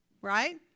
right